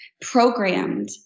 programmed